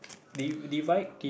div~ divide